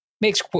makes